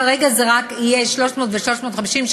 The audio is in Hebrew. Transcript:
כרגע זה רק יהיה 300,000 ו-350,000,